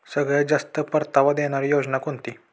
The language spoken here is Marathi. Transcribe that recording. सगळ्यात जास्त परतावा देणारी योजना कोणती?